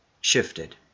shifted